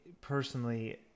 personally